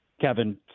Kevin